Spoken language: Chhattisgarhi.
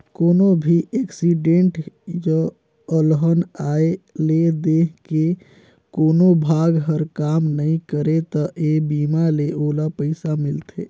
कोनो भी एक्सीडेंट य अलहन आये ले देंह के कोनो भाग हर काम नइ करे त ए बीमा ले ओला पइसा मिलथे